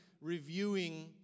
reviewing